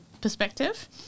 perspective